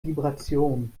vibration